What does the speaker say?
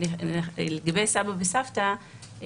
לגבי סבא וסבתא,